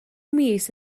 mis